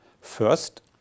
First